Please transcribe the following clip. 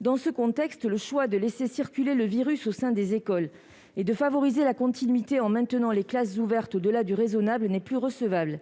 Dans ce contexte, le choix de laisser circuler le virus au sein des écoles et de favoriser la continuité en maintenant les classes ouvertes au-delà du raisonnable n'est plus recevable.